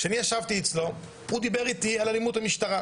כשאני ישבתי אצלו הוא דיבר איתי על אלימות המשטרה,